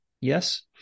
Yes